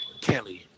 Kelly